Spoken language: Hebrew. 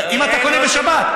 אם אתה קונה בשבת,